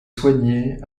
soigné